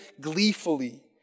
gleefully